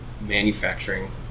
manufacturing